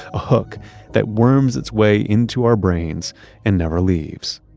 a hook that worms its way into our brains and never leaves,